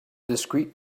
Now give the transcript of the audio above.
discrete